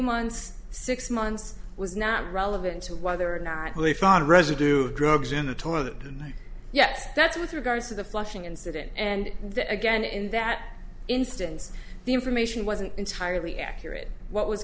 months six months was not relevant to whether or not really fond residue drugs in the toilet and yes that's with regards to the flushing incident and that again in that instance the information wasn't entirely accurate what was